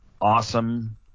awesome